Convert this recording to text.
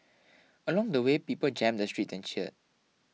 along the way people jammed the street and cheered